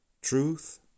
Truth